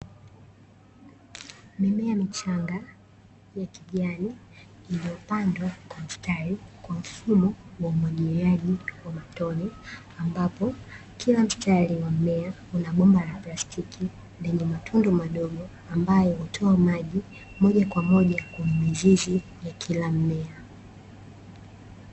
Mimea michanga ya kijani iliyopandwa kwa mstari kwa mfumo wa umwagiliaji wa matone, ambapo kila mstari wa mmea una bomba la plastiki lenye matundu madogo, ambayo hutoa maji moja kwa moja kwenye mizizi ya kila mmea.